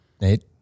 Nate